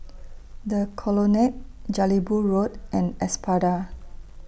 The Colonnade Jelebu Road and Espada